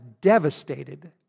devastated